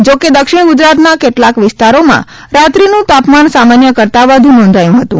જોકે દક્ષિણ ગુજરાતના કેટલાક વિસ્તારોમાં રાત્રીનું તાપમાન સામાન્ય કરતાં વધુ નોંધાયું હતું